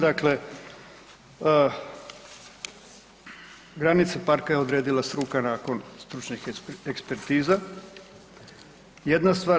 Dakle, granice parka je odredila struka nakon stručnih ekspertiza, jedna stvar.